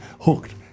hooked